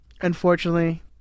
Unfortunately